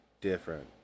different